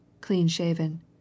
Clean-shaven